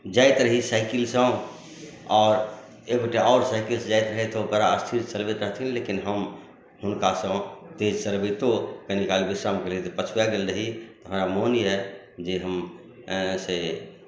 जाइत रही साइकिलसँ आओर एक गोटे आओर साइकिलसँ जाइत रहथि ओकरा स्थिरसँ चलबैत रहथिन लेकिन हम हुनकासँ तेज चलबितो कनि काल विश्राम केलियै तऽ पछुआ गेल रही हमरा मोन यए जे हम से